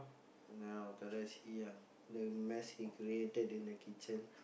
then after that see ah the mess he created in the kitchen